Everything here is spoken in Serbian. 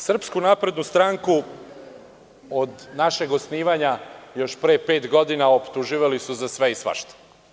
Srpsku naprednu stranku od našeg osnivanja još pre pet godina su optuživali za sve i svašta.